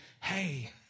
hey